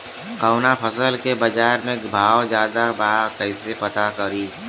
कवना फसल के बाजार में भाव ज्यादा बा कैसे पता करि?